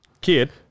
kid